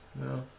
No